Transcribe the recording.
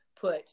put